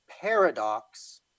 paradox